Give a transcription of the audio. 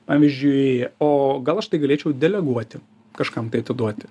pavyzdžiui o gal aš tai galėčiau deleguoti kažkam tai atiduoti